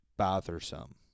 bothersome